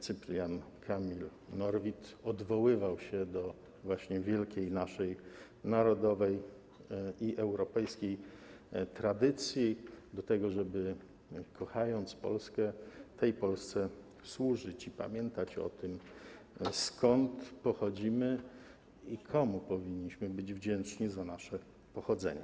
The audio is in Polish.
Cyprian Kamil Norwid odwoływał się właśnie do wielkiej naszej narodowej i europejskiej tradycji, do tego, żeby kochając Polskę, tej Polsce służyć i pamiętać o tym, skąd pochodzimy i komu powinniśmy być wdzięczni za nasze pochodzenie.